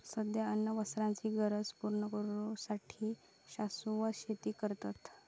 सध्या अन्न वस्त्राचे गरज पुरी करू साठी शाश्वत शेती करतत